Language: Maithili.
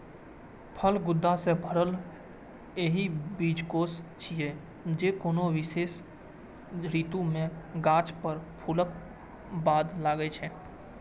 फल गूदा सं भरल एहन बीजकोष छियै, जे कोनो विशेष ऋतु मे गाछ पर फूलक बाद लागै छै